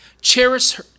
Cherish